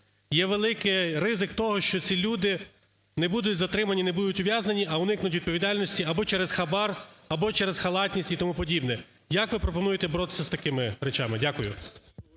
є великий ризик того, що ці люди не будуть затримані, не будуть ув'язнені, а уникнуть відповідальності або через хабар, або через халатність і тому подібне. Як ви пропонуєте боротися з такими речами? Дякую.